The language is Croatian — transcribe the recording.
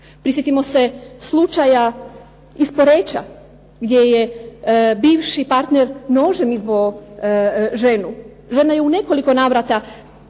Prisjetimo se slučaja iz Poreča, gdje je bivši partner nožem izbo ženu, žena je u nekoliko navrata